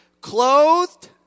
Clothed